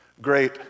great